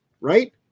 Right